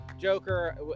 Joker